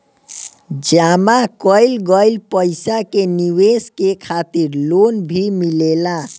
जामा कईल गईल पईसा के निवेश करे खातिर लोन भी मिलेला